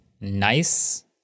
nice